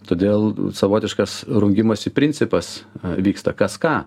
todėl savotiškas rungimosi principas vyksta kas ką